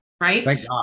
Right